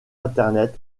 internet